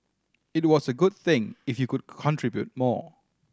it was a good thing if you could contribute more